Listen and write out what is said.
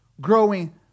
growing